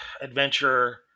adventure